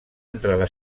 entrada